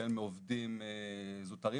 החל מעובדים זוטרים,